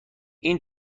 این